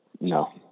No